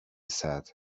said